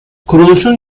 kuruluşun